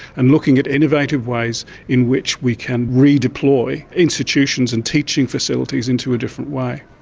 and looking at innovative ways in which we can redeploy institutions and teaching facilities into a different way.